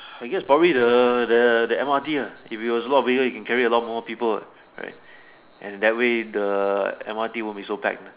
I guess probably the the the M_R_T ah if is a lot bigger it can carry a lot more people ah right and that way the M_R_T won't be so packed lah